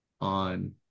on